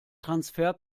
transfer